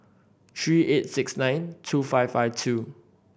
three eight six nine two five five two